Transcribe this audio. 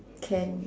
can